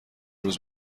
روز